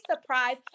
surprise